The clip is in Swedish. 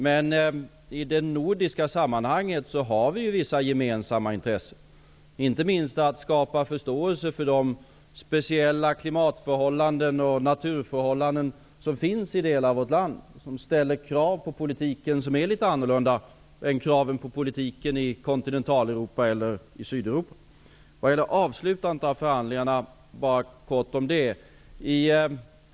Men i det nordiska sammanhanget har vi vissa gemensamma intressen, inte minst då det gäller att skapa förståelse för de speciella klimatförhållanden och naturförhållanden som vissa delar av vårt land har och som ställer krav på politiken som är litet annorlunda än kraven på politiken i det kontinentala Europa eller i Sydeuropa.